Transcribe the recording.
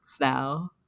now